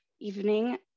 evening